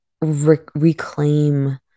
reclaim